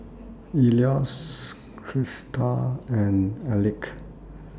Eloise Christa and Elick